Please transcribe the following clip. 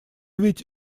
ведь